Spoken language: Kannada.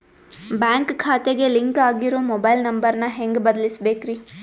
ಬ್ಯಾಂಕ್ ಖಾತೆಗೆ ಲಿಂಕ್ ಆಗಿರೋ ಮೊಬೈಲ್ ನಂಬರ್ ನ ಹೆಂಗ್ ಬದಲಿಸಬೇಕ್ರಿ?